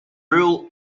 rule